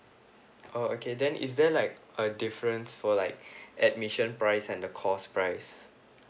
oh okay then is there like a difference for like admission price and the course price